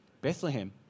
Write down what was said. Bethlehem